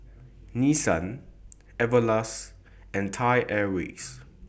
Nissan Everlast and Thai Airways